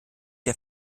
der